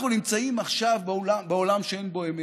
אנחנו נמצאים עכשיו בעולם שאין בו אמת.